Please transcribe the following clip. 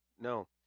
No